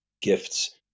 gifts